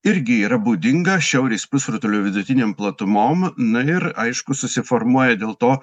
irgi yra būdinga šiaurės pusrutulio vidutinėm platumom na ir aišku susiformuoja dėl to